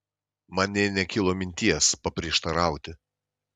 man nė nekilo minties paprieštarauti